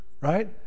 right